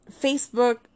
Facebook